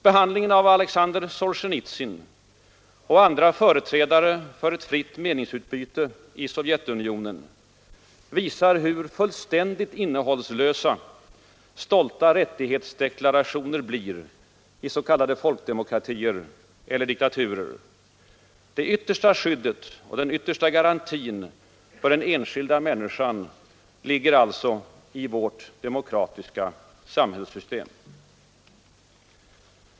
Behandlingen av Alexander Solzjenitsyn och andra företrädare för ett fritt meningsutbyte i Sovjetunionen visar hur fullständigt innehållslösa stolta rättighetsdeklarationer blir i s.k. folkdemokratier eller diktaturer. Det yttersta skyddet och den yttersta garantin för den enskilda människan ligger alltså i vårt demokratiska samhällssystem.